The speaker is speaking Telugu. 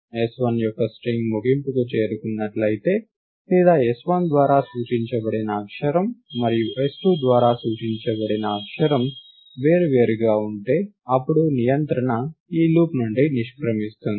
s1 యొక్క స్ట్రింగ్ ముగింపుకు చేరుకున్నట్లయితే లేదా s1 ద్వారా సూచించబడిన అక్షరం మరియు s2 ద్వారా సూచించబడిన అక్షరం వేర్వేరుగా ఉంటే అప్పుడు నియంత్రణ ఈ లూప్ నుండి నిష్క్రమిస్తుంది